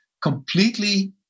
completely